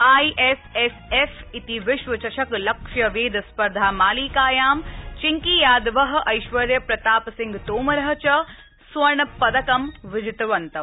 I S S F ति विश्व चषक लक्ष्यवेध स्पर्धामालिकायां चिंकी यादव ऐश्वर्य प्रताप सिंह तोमर च स्वर्ण पदकं विजितवन्तौ